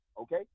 okay